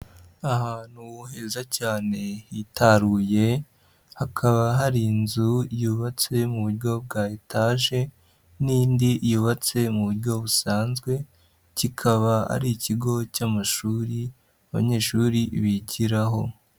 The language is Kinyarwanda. Ahantu heza cyane hitaruye, hakaba hari inzu yubatse mu buryo bwa etaje n'indi yubatse mu buryo busanzwe, kikaba ari ikigo cy'amashuri abanyeshuri bigiraho.